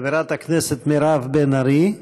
חברת הכנסת מירב בן ארי?